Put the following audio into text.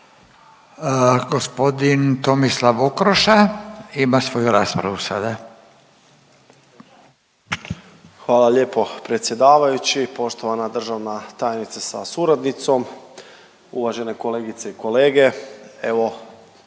Gospodin Tomislav Okroša ima svoju raspravu sada. **Okroša, Tomislav (HDZ)** Hvala lijepo predsjedavajući, poštovana državna tajnice sa suradnicom, uvažene kolegice i kolege. Evo